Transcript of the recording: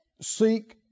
Seek